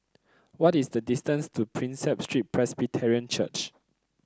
what is the distance to Prinsep Street Presbyterian Church